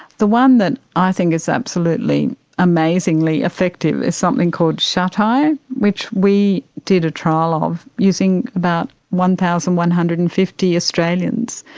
the one that i think is absolutely amazingly effective is something called shuti, which we did a trial of using about one thousand one hundred and fifty australians.